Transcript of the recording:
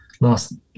last